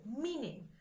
meaning